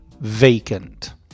Vacant